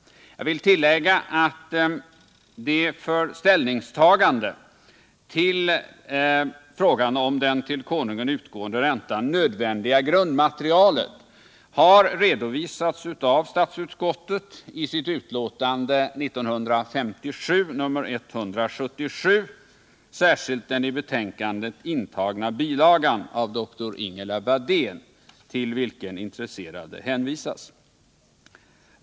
Jag vill tillägga att det nödvändiga grundmaterialet för ställningstagande till frågan om den till konungen utgående räntan har redovisats av statsutskottet i dess utlåtande 1957, nr 177, särskilt i den i betänkandet intagna bilagan av dr Ingel Wadén till vilken intresserade hänvisas.